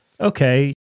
okay